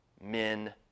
men